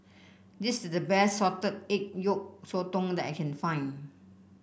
this is the best Salted Egg Yolk Sotong that I can find